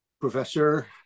Professor